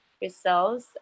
yourselves